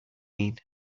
mean